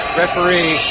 referee